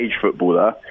footballer